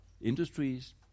industries